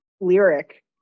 lyric